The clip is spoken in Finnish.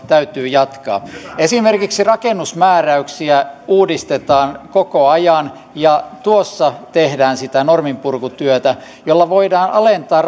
täytyy jatkaa esimerkiksi rakennusmääräyksiä uudistetaan koko ajan ja tuossa tehdään sitä norminpurkutyötä jolla voidaan alentaa